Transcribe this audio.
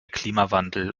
klimawandel